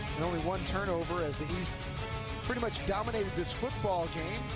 only one turnover as the east pretty much dominated this football game.